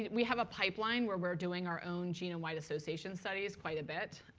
we have a pipeline, where we're doing our own genome-wide association studies quite a bit.